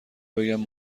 بگم